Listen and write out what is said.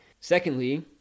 secondly